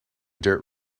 dirt